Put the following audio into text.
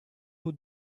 who